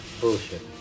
bullshit